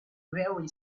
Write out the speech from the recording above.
very